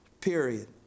period